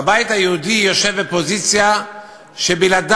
הבית היהודי יושב בפוזיציה שבלעדיו